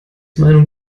meinung